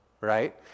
right